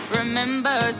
remember